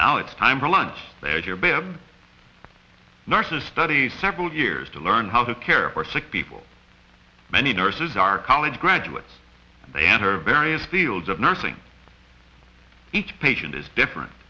now it's time for lunch they're here babe nurses study several years to learn how to care for sick people many nurses are college graduates they enter various fields of nursing each patient is different